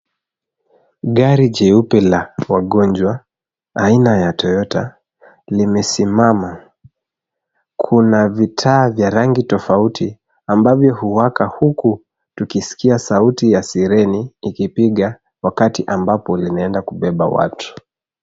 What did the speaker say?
Gari jeupe la wagonjwa aina ya Toyota limesimama. Kuna vitaa vya rangi tofauti ambavyo huwaka huku tukisikia sauti ya siren likipiga wakati ambapo linaenda kubeba watu.